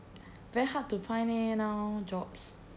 very hard to find eh now jobs